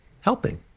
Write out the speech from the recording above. helping